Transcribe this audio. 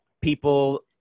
people